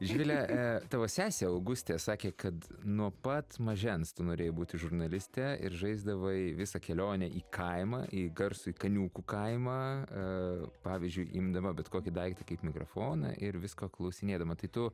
živile tavo sesė augustė sakė kad nuo pat mažens tu norėjai būti žurnaliste ir žaisdavai visą kelionę į kaimą į garsųjį kaniūkų kaimą a pavyzdžiui imdama bet kokį daiktą kaip mikrofoną ir visko klausinėdama tai tu